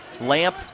Lamp